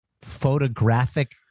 photographic